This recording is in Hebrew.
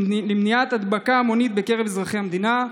למניעת הדבקה המונית בקרב אזרחי המדינה.